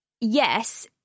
yes